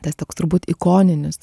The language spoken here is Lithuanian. tas toks turbūt ikoninis